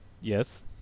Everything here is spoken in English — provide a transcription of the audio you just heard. Yes